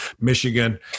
michigan